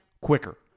quicker